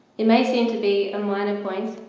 it may seem to be a minor point,